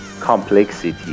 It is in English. complexity